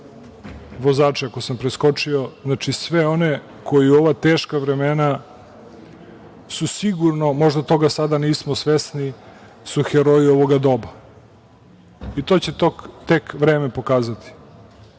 vozače ako sam preskočio, znači svima onima koji u ova teška vremena su sigurno, možda toga sada nismo svesni, heroji ovog doba, i to će tek vreme pokazati. Posebno